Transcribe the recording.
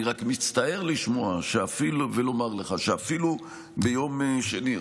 אני רק מצטער לשמוע ולומר לך שאפילו ביום שני,